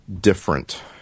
Different